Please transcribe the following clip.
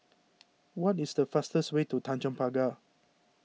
what is the fastest way to Tanjong Pagar